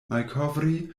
malkovri